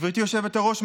גברתי היושבת-ראש,